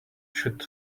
should